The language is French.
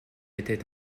était